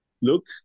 look